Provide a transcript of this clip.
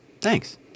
Thanks